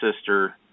sister